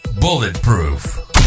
bulletproof